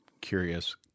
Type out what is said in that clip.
curious